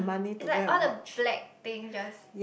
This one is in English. it's like all the black thing just